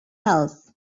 else